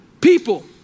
people